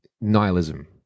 nihilism